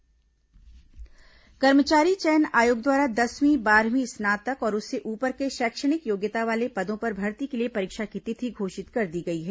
कर्मचारी चयन आयोग सैनिक स्कूल कर्मचारी चयन आयोग द्वारा दसवीं बारहवीं स्नातक और उससे ऊपर के शैक्षणिक योग्यता वाले पदों पर भर्ती के लिए परीक्षा की तिथि घोषित कर दी गई है